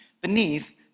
beneath